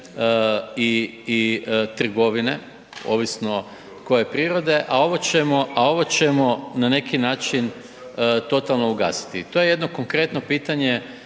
i trgovine, ovisno koje je prirode, a ovo ćemo na neki način totalno ugasiti i to je jedno konkretno pitanje